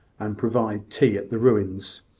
and provide tea at the ruins